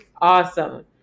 awesome